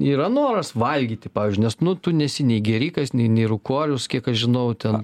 yra noras valgyti pavyzdžiui nes nu tu nesi nei gėrikas nei nei rūkorius kiek aš žinau ten